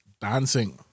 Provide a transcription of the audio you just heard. dancing